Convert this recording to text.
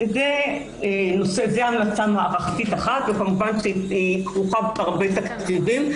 זו המלצה מערכתית אחת וכמובן שהיא כרוכה בתקציבים רבים.